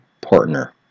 partner